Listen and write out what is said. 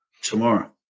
tomorrow